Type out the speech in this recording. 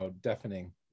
deafening